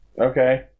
Okay